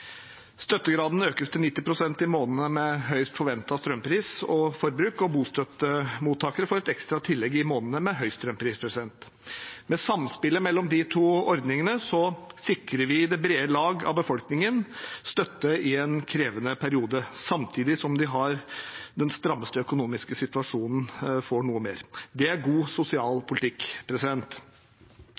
Støttegraden økes til 90 pst. i månedene med høyest forventet strømpris og forbruk, og bostøttemottakere får et ekstra tillegg i månedene med høy strømprisprosent. Med samspillet mellom de to ordningene sikrer vi det brede lag av befolkningen støtte i en krevende periode samtidig som de som har den strammeste økonomiske situasjonen, får noe mer. Det er god